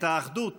את האחדות